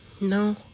no